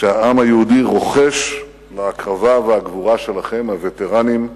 שהעם היהודי רוחש להקרבה ולגבורה שלכם, הווטרנים,